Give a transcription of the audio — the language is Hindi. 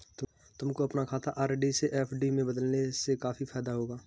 तुमको अपना खाता आर.डी से एफ.डी में बदलने से काफी फायदा होगा